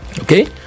okay